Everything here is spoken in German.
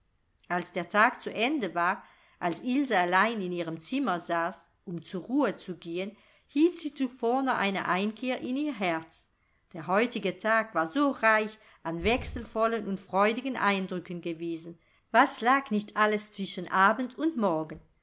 als der tag zu ende war als ilse allein in ihrem zimmer saß um zur ruhe zu gehen hielt sie zuvor noch eine einkehr in ihr herz der heutige tag war so reich an wechselvollen und freudigen eindrücken gewesen was lag nicht alles zwischen abend und morgen